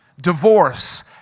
Divorce